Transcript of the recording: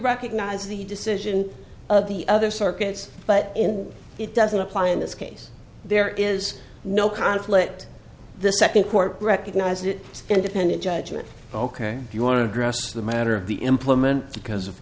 recognize the decision of the other circuits but in it doesn't apply in this case there is no conflict the second court recognize it independent judgment ok you want to address the matter of the implement because of